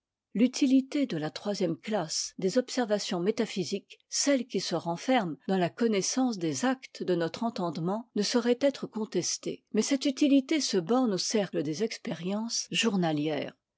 l'utilité de la troisième classe des observations métaphysiques celle qui se renferme dans la connaissance des actes de notre entendement ne saurait être contestée mais cette utilité se borne au cercle des expériences journalières